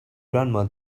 grandma